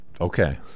Okay